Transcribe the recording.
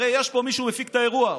הרי יש פה מישהו שהפיק את האירוע.